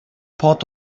port